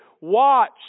Watch